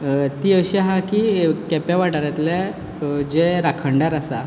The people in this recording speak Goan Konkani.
ती अशी आसा की केपें वाठारांतल्या जे राखणदार आसा